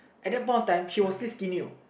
at the point of time she was still skinny know